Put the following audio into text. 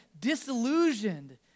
disillusioned